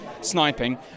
sniping